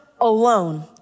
alone